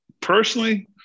personally